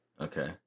Okay